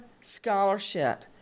Scholarship